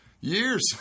years